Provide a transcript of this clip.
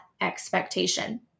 expectation